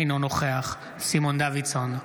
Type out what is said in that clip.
אינו נוכח סימון דוידסון,